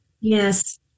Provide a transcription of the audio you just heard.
Yes